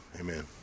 Amen